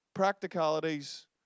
practicalities